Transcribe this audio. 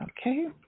Okay